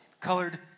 colored